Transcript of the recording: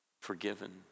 forgiven